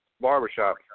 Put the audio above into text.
barbershop